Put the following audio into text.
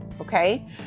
Okay